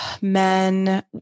men